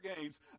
games